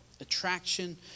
attraction